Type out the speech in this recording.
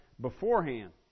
beforehand